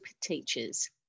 teachers